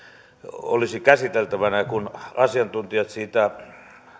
olisi käsiteltävänä kun asiantuntijat siitä